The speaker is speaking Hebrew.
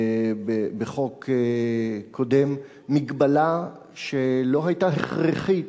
בחוק קודם הגבלה שלא היתה הכרחית,